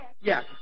Yes